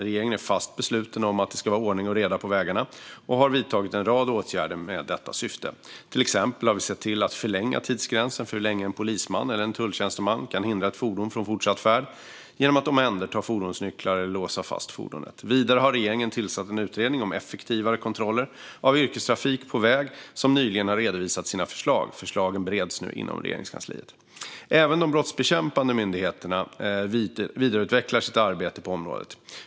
Regeringen är fast besluten om att det ska vara ordning och reda på vägarna och har vidtagit en rad åtgärder med detta syfte. Till exempel har vi sett till att förlänga tidsgränsen för hur länge en polisman eller en tulltjänsteman kan hindra ett fordon från fortsatt färd genom att omhänderta fordonsnycklar eller låsa fast fordonet. Vidare har regeringen tillsatt en utredning om effektivare kontroller av yrkestrafik på väg som nyligen har redovisat sina förslag. Förslagen bereds nu inom Regeringskansliet. Även de brottsbekämpande myndigheterna vidareutvecklar sitt arbete på området.